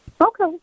Okay